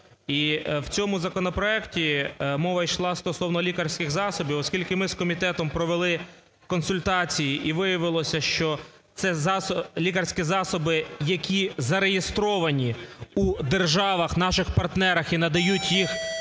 в цьому законопроекті мова йшла стосовно лікарських засобів. Оскільки ми з комітетом провели консультації і виявилося, що це лікарські засоби, які зареєстровані у державах – наших партнерах і надають їх